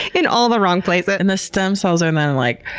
in all the wrong places! and the stem cells are um and like,